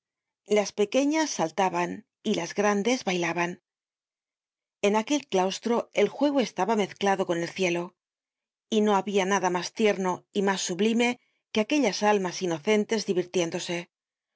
las pequeñas saltaban y las gran des bailaban en aquel claustro el juego estaba mezclado con el cieloy no habia nada mas tierno y mas sublime que aquellas almas inocentes divirtiéndose